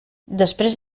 després